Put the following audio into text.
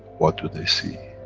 what do they see?